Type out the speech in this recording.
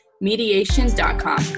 mediation.com